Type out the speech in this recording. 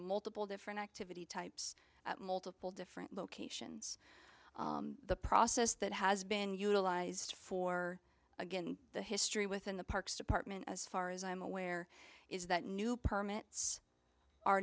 multiple different activity types of different locations the process that has been utilized for again the history within the parks department as far as i'm aware is that new permits